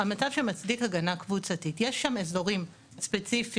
יש שם במדינה אזורים ספציפיים,